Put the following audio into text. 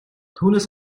түүнээс